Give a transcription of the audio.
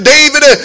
David